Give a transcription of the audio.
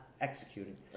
executing